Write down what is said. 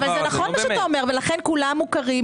נכון מה שאתה אומר ולכן כולם מוכרים